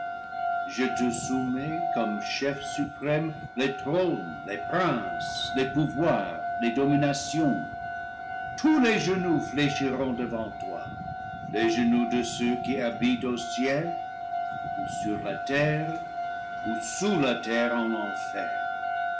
je te soumets comme chef suprême les trônes les princes les pouvoirs les dominations tous les genoux fléchi ront devant toi les genoux de ceux qui habitent au ciel ou sur la terre ou sous la terre en enfer